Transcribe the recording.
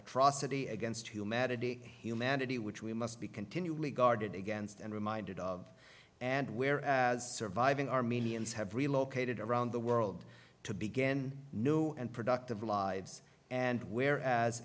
atrocity against humanity humanity which we must be continually guarded against and reminded of and where surviving armenians have relocated around the world to began new and productive lives and where as